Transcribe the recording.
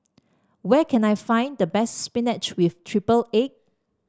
where can I find the best spinach with triple egg